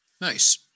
Nice